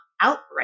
outright